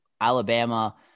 Alabama –